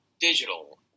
digital